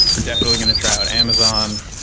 we're definitely going to try out amazon,